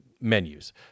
menus